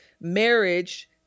marriage